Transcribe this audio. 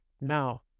Now